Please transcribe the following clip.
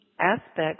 aspects